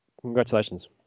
congratulations